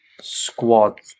squad